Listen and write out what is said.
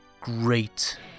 great